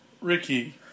Ricky